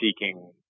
seeking